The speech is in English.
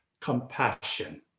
compassion